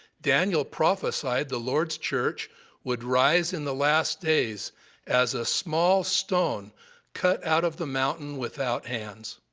daniel prophesied the lord's church would rise in the last days as a small stone cut out of the mountain without hands.